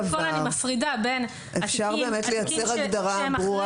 קודם כל אני מפרידה בין התיקים שהם אחרי